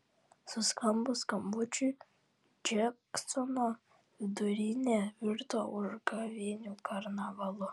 suskambus skambučiui džeksono vidurinė virto užgavėnių karnavalu